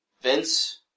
Vince